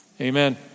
amen